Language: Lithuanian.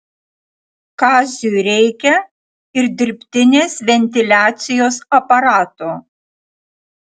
kaziui reikia ir dirbtinės ventiliacijos aparato